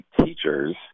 teachers